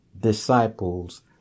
disciples